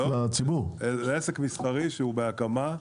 לא, זה עסק מסחרי שהוא בהקמה.